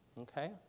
okay